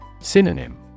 Synonym